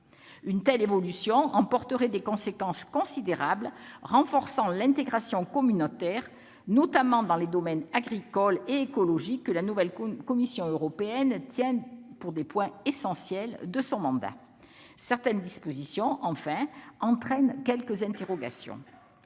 Une telle évolution emporterait des conséquences considérables, renforçant l'intégration communautaire, notamment dans les domaines agricole et écologique que la nouvelle Commission européenne tient pour des points essentiels de son mandat. Enfin, certaines dispositions suscitent quelques interrogations.